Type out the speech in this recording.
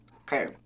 okay